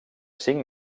cinc